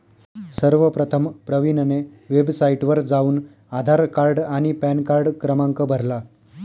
सर्वप्रथम प्रवीणने वेबसाइटवर जाऊन आधार कार्ड आणि पॅनकार्ड क्रमांक भरला